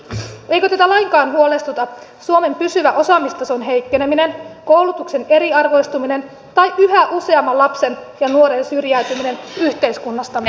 eikö teitä lainkaan huolestuta suomen pysyvä osaamistason heikkeneminen koulutuksen eriarvoistuminen tai yhä useamman lapsen ja nuoren syrjäytyminen yhteiskunnasta